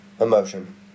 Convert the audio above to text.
emotion